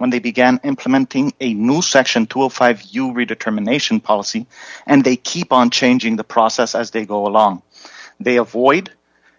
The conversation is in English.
when they began implementing a new section two a five you redetermination policy and they keep on changing the process as they go along they avoid